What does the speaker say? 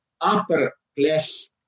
upper-class